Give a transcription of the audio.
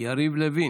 יריב לוין,